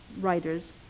writers